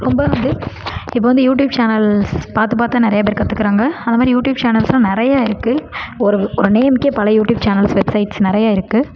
ரொம்ப வந்து இப்போ வந்து யூடியூப் சேனல்ஸ் பார்த்து பார்த்து தான் நிறையா பேர் கற்றுக்கிறாங்க அதை மாதிரி யூடியூப் சேனல்ஸில் நிறைய இருக்குது ஒரு ஒரு நேம்க்கே பல யூடியூப் சேனல்ஸ் வெப்சைட்ஸ் நிறைய இருக்குது